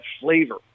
flavor